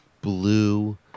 blue